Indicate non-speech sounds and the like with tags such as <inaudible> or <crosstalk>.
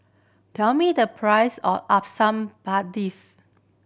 tell me the price of asam <unintelligible>